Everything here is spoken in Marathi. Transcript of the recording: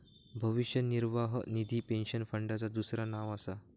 भविष्य निर्वाह निधी पेन्शन फंडाचा दुसरा नाव असा